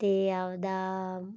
ਅਤੇ ਆਪਣਾ